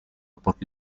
pochi